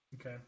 okay